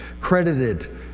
Credited